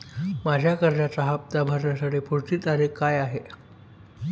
माझ्या कर्जाचा हफ्ता भरण्याची पुढची तारीख काय आहे?